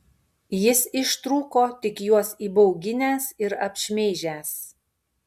jis ištrūko tik juos įbauginęs ir apšmeižęs